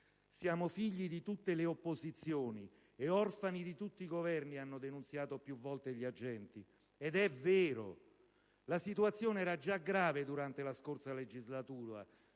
«Siamo figli di tutte le opposizioni e orfani di tutti i Governi» hanno denunziato più volte gli agenti di Polizia. Ed è vero. La situazione era già grave durante la scorsa legislatura,